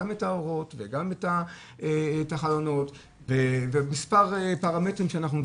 גם את האורות וגם את החלונות ומספר פרמטרים שאנחנו דורשים.